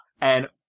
And-